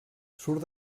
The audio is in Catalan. surt